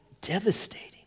Devastating